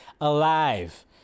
alive